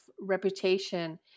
reputation